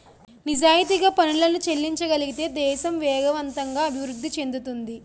నిజాయితీగా పనులను చెల్లించగలిగితే దేశం వేగవంతంగా అభివృద్ధి చెందుతుంది